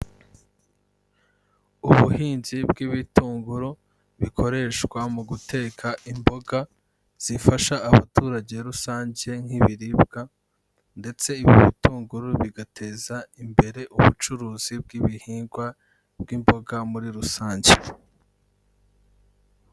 Ubuhinzi bw'ibitunguru bikoreshwa mu guteka imboga zifasha abaturage rusange nk'ibiribwa, ndetse ibitunguru bigateza imbere ubucuruzi bw'ibihingwa, bw'imboga muri rusange.